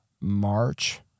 march